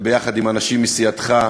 יחד עם אנשים מסיעתך,